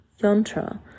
yantra